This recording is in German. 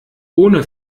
ohne